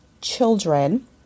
children